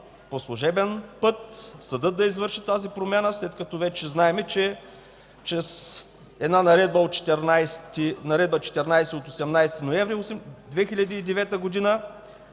по служебен път – съдът да извърши тази промяна, след като вече знаем, че чрез Наредба № 14 от 18 ноември 2009 г. и